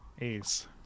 Ace